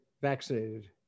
vaccinated